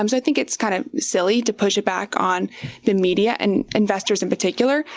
um i think it's kind of silly to push it back on the media and investors in particular,